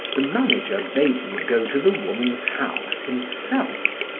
the manager bade him go to the woman's house himself,